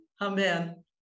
amen